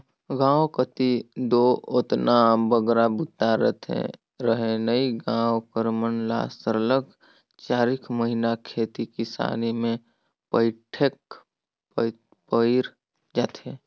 गाँव कती दो ओतना बगरा बूता रहें नई गाँव कर मन ल सरलग चारिक महिना खेती किसानी ले पइठेक पइर जाथे